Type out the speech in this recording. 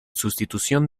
sustitución